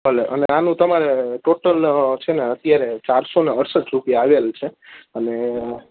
ભલે અને આનું તમારે ટોટલ છેને અત્યારે ચારસોને અડસઠ રૂપિયા આવેલ છે અને